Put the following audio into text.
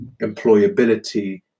employability